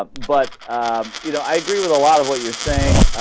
ah but ah. you know i agree with a lot of what you're saying